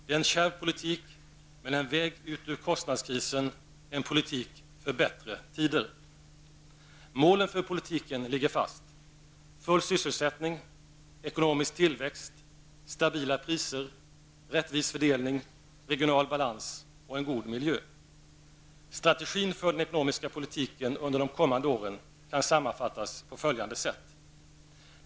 Det är en kärv politik, men en väg ut ur kostnadskrisen -- en politik för bättre tider. Målen för politiken ligger fast: full sysselsättning, ekonomisk tillväxt, stabila priser, rättvis fördelning, regional balans och en god miljö. Strategin för den ekonomiska politiken under de kommande åren kan sammanfattas på följande sätt.